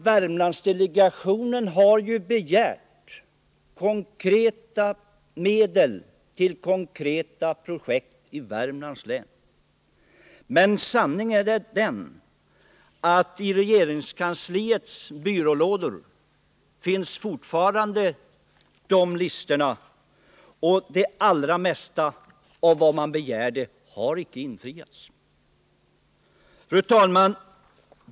Värmlandsdelegationen har begärt medel till konkreta projekt i Värmlands län. Men sanningen är den att listorna över dessa projekt fortfarande ligger i regeringskansliets byrålådor. Det allra mesta av vad delegationen begärt har inte tillgodosetts. Fru talman!